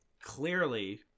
clearly